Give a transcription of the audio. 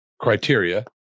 criteria